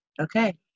Okay